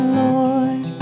lord